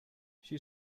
she